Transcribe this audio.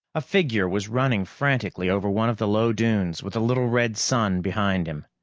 a figure was running frantically over one of the low dunes with the little red sun behind him.